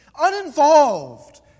uninvolved